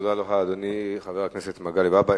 תודה לך, אדוני, חבר הכנסת מגלי והבה.